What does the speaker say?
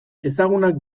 ezagunak